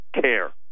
care